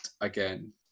again